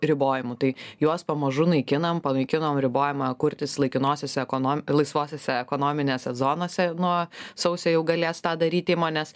ribojimų tai juos pamažu naikinam panaikinom ribojimą kurtis laikinosiose ekono laisvosiose ekonominėse zonose nuo sausio jau galės tą daryt įmonės